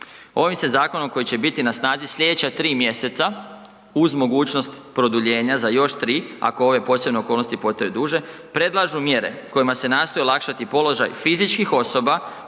Ovim se zakonom koji će biti slijedeća 3 mj. Uz mogućnost produljenja za još 3, ako ove posebne okolnosti potraju duže, predlažu mjere kojima se nastoji olakšati položaj fizičkih osoba